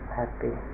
happy